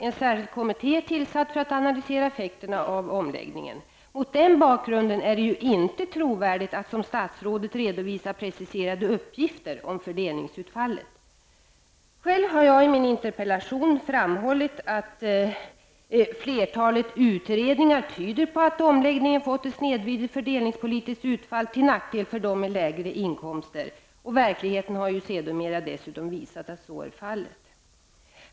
En särskild kommitté är tillsatt för att analysera effekterna av skatteomläggningen. Mot den bakgrunden är det inte trovärdigt att som statsrådet redovisa preciserade uppgifter om fördelningsutfallet. Själv har jag i min interpellation framhållit att flertalet utredningar tyder på att omläggningen fått ett snedvridet fördelningspolitiskt utfall till nackdel för dem med lägre inkomster. Verkligheten har sedermera dessutom visat att så är fallet.